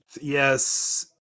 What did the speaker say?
yes